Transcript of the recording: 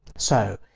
so,